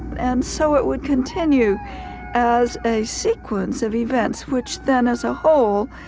and so it would continue as a sequence of events, which then, as a whole,